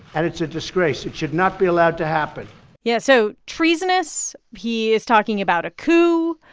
and it's a disgrace. it should not be allowed to happen yeah, so treasonous, he is talking about a coup.